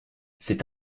c’est